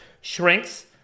shrinks